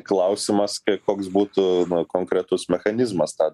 klausimas koks būtų konkretus mechanizmas tą